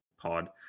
pod